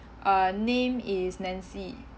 uh name is nancy